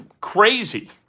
crazy